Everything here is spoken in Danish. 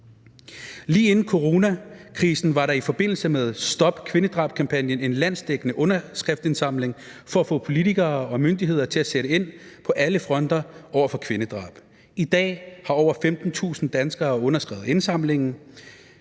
Lige inden coronakrisen var der i forbindelse med »Stop kvindedrab«-kampagnen en landsdækkende underskriftsindsamling for at få politikere og myndigheder til at sætte ind på alle fronter over for drab på kvinder. I dag har over 15.000 danskere underskrevet i indsamlingen.